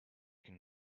can